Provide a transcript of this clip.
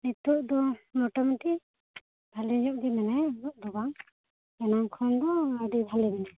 ᱱᱚᱛᱚᱜ ᱫᱚ ᱢᱳᱴᱟ ᱢᱩᱴᱤ ᱵᱷᱟᱹᱞᱤ ᱧᱚᱜ ᱜᱮ ᱢᱮᱱᱟᱭᱟ ᱩᱱᱟᱹᱜ ᱫᱚ ᱵᱟᱝ ᱮᱱᱟᱱ ᱠᱷᱚᱱ ᱫᱚ ᱟᱹᱰᱤ ᱵᱷᱟᱹᱞᱮ ᱢᱮᱱᱟᱭᱟ